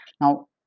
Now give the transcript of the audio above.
Now